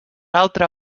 altra